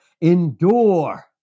endure